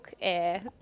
Air